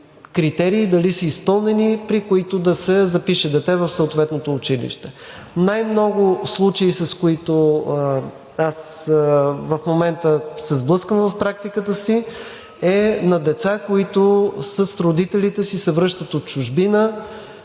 критерии и дали са изпълнени, при които да се запише дете в съответното училище. Най-много случаи, с които в момента се сблъсквам в практиката си, има с децата, които с родителите си се връщат от чужбина